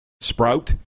Sprout